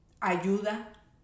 ayuda